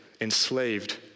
enslaved